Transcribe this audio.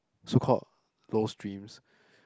so called low streams